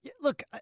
Look